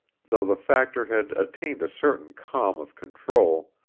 though the factor had attained a certain calm of control,